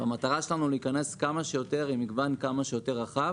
המטרה שלנו היא להיכנס כמה שיותר עם מגוון כמה שיותר רחב